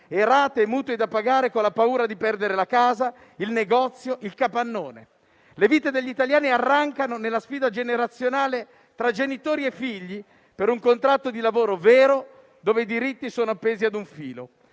e rate di mutuo da pagare con la paura di perdere la casa, il negozio, il capannone. Le vite degli italiani arrancano nella sfida generazionale tra genitori e figli per un contratto di lavoro vero, dove i diritti sono appesi a un filo.